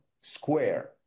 Square